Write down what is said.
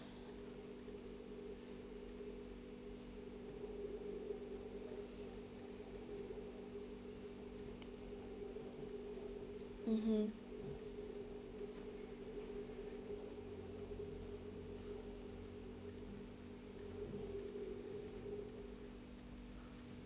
mmhmm